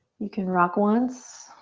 you can rock once